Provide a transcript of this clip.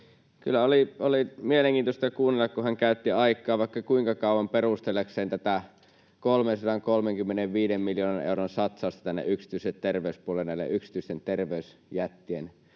kyllä oli mielenkiintoista kuunnella, kun hän käytti aikaa vaikka kuinka kauan perustellakseen tätä 335 miljoonan euron satsausta yksityiselle terveyspuolelle yksityisten terveysjättien